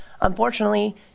unfortunately